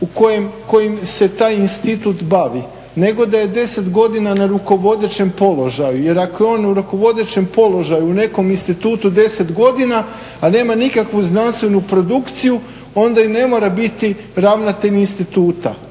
kojim se taj institut bavi, nego da je 10 godina na rukovodećem položaju. Jer ako je on u rukovodećem položaju u nekom institutu 10 godina, a nema nikakvu znanstvenu produkciju, onda i ne mora biti ravnatelj instituta.